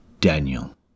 Daniel